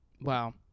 Wow